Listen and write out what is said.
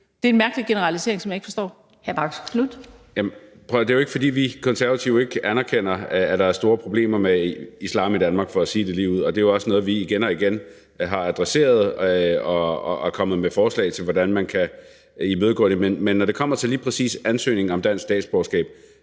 Kl. 20:02 Marcus Knuth (KF): Prøv at høre. Det er ikke, fordi vi Konservative ikke anerkender, at der er store problemer med islam i Danmark, for at sige det lige ud, og det er jo også noget, vi igen og igen har adresseret, og vi er kommet med forslag til, hvordan man kan imødegå det. Men når det kommer til lige præcis ansøgning om dansk statsborgerskab,